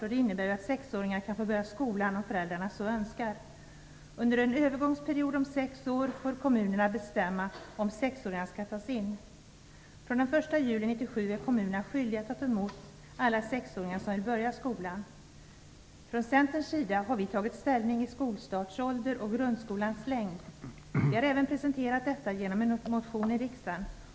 Detta innebär att sexåringar kan få börja skolan om föräldrarna så önskar. Under en övergångsperiod om sex år får kommunerna bestämma om sexåringar skall tas in. Från den 1 juli 1997 är kommunerna skyldiga att ta emot alla sexåringar som vill börja skolan. Från Centerns sida har vi tagit ställning till skolstartålder och grundskolans längd. Vi har även presenterat detta genom en motion i riksdagen.